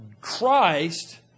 Christ